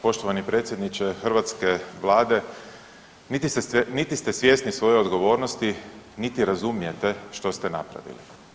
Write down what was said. Poštovani predsjedniče hrvatske vlade, niti ste svjesni svoje odgovornosti, niti razumijete što ste napravili.